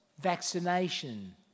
vaccination